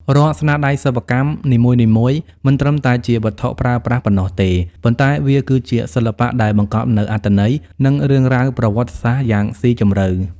រាល់ស្នាដៃសិប្បកម្មនីមួយៗមិនត្រឹមតែជាវត្ថុប្រើប្រាស់ប៉ុណ្ណោះទេ ប៉ុន្តែវាគឺជាសិល្បៈដែលបង្កប់នូវអត្ថន័យ និងរឿងរ៉ាវប្រវត្តិសាស្ត្រយ៉ាងស៊ីជម្រៅ។